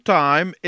time